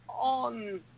on